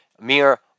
mere